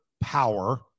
power